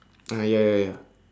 ah ya ya ya